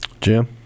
Jim